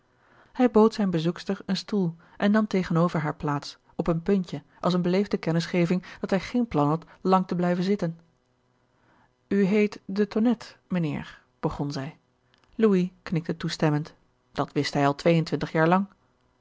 hij bood zijne bezoekster een stoel en nam tegenover haar plaats op een puntje als eene beleefde kennisgeving dat hij geen plan had lang te blijven zitten u heet de tonnette mijnheer begon zij louis knikte toestemmend dat wist hij al twee en twintig jaar lang